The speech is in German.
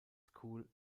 school